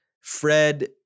Fred